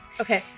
Okay